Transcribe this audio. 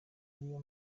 ariyo